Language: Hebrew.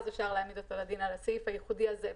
אפשר להעמיד אותו לדין על הסעיף הייחודי הזה,